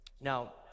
Now